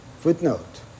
footnote